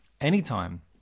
anytime